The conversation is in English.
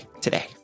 today